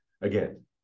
again